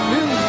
New